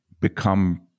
Become